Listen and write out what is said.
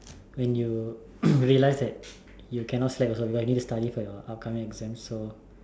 when you realise that you cannot slack also because you need to study for your upcoming exam so